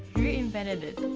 reinvented